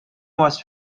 was